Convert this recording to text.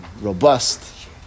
robust